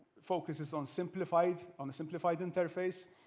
focuses on simplified on simplified inter face.